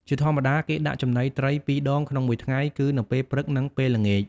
ជាធម្មតា គេដាក់ចំណីត្រី ២ ដងក្នុងមួយថ្ងៃ គឺនៅពេលព្រឹក និងពេលល្ងាច។